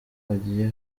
hagiye